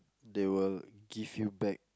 they will give you back